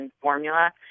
formula